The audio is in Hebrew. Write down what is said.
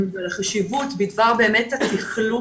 החשיבות בתכלול